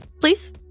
please